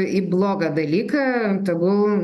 į blogą dalyką tegul